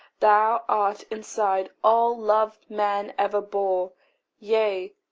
thou art inside all love man ever bore yea,